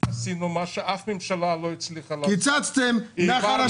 אנחנו עשינו מה שאף ממשלה לא הצליחה לעשות העברנו -- קיצצתם מהחלשים.